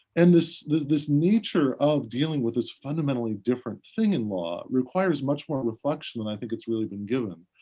and this this nature of dealing with this fundamentally different thing in law requires much more reflection than i think it's really been given.